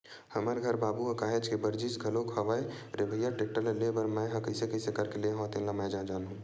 हमर घर बाबू ह काहेच के बरजिस घलोक हवय रे भइया टेक्टर ल लेय बर मैय ह कइसे करके लेय हव तेन ल मैय ह जानहूँ